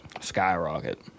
skyrocket